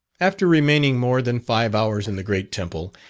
after remaining more than five hours in the great temple,